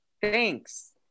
thanks